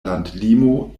landlimo